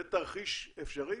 זה תרחיש אפשרי?